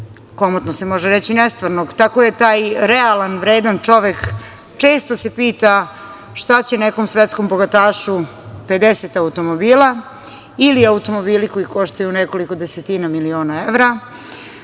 komotno se može reći, nestvarnog. Tako se taj realan vredan čovek često pita šta će nekom svetskom bogatašu 50 automobila ili automobili koji koštaju nekoliko desetina miliona evra,